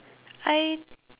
I